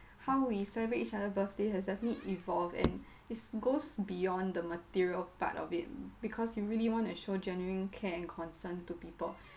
how we celebrate each other birthday has definitely evolved and this goes beyond the material part of it because you really want to show genuine care and concern to people